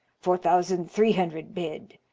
four thousand three hundred bid.